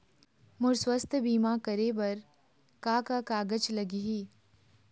मोर स्वस्थ बीमा करे बर का का कागज लगही?